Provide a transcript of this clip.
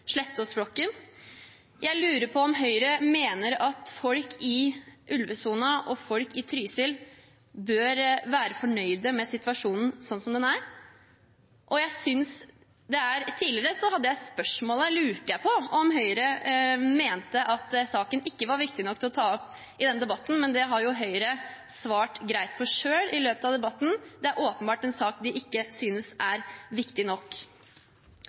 Jeg lurer på om Høyre mener at folk i ulvesonen og folk i Trysil bør være fornøyd med situasjonen sånn som den er. Tidligere lurte jeg på om Høyre mente at saken ikke var viktig nok til å bli tatt opp i denne debatten, men det har jo Høyre svart greit på selv i løpet av debatten. Det er åpenbart en sak de ikke synes er viktig nok.